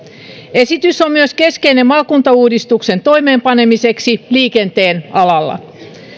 esitys on myös keskeinen maakuntauudistuksen toimeenpanemiseksi liikenteen alalla